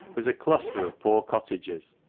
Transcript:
was a cluster of poor cottages,